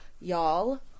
y'all